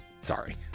Sorry